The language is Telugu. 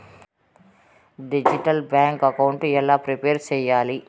డిజిటల్ బ్యాంకు అకౌంట్ ఎలా ప్రిపేర్ సెయ్యాలి?